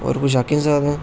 और कुछ आक्खी नेई सकदे